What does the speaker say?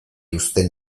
uzten